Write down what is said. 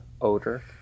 odor